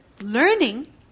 learning